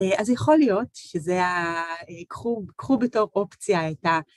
אז יכול להיות שזה ה... קחו בתור אופציה את ה...